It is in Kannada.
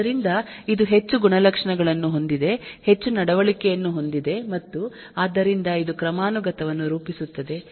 ಆದ್ದರಿಂದ ಇದು ಹೆಚ್ಚು ಗುಣಲಕ್ಷಣಗಳನ್ನು ಹೊಂದಿದೆ ಹೆಚ್ಚು ನಡವಳಿಕೆಯನ್ನು ಹೊಂದಿದೆ ಮತ್ತು ಆದ್ದರಿಂದ ಇದು ಕ್ರಮಾನುಗತವನ್ನು ರೂಪಿಸುತ್ತದೆ